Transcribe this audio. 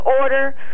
order